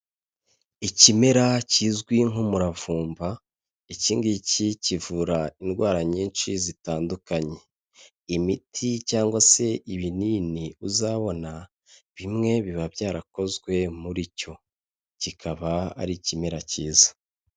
Ikimera kizwi nk'umuravumba ikigiki kivura indwara nyinshi zitandukanye , imiti cyangwa se ibinini uzabona bimwe biba byarakozwe muri cyo kikaba ari ikimera cyiza.